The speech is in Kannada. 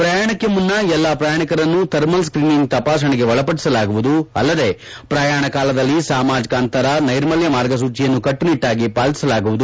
ಪ್ರಯಾಣಕ್ಕೆ ಮುನ್ನ ಎಲ್ಲ ಪ್ರಯಾಣಿಕರನ್ನು ಥರ್ಮಲ್ ಸ್ಕೀನಿಂಗ್ ತಪಾಸಣೆಗೆ ಒಳಪದಿಸಲಾಗುವುದು ಅಲ್ಲದೇ ಪ್ರಯಾಣ ಕಾಲದಲ್ಲಿ ಸಾಮಾಜಿಕ ಅಂತರ ನೈರ್ಮಲ್ಯ ಮಾರ್ಗಸೂಚೆಯನ್ನು ಕಟ್ಟುನಿಟ್ಟಾಗಿ ಪಾಲಿಸಲಾಗುವುದು